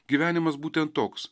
gyvenimas būtent toks